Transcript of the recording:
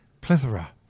plethora